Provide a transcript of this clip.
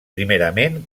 primerament